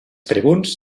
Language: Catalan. tribuns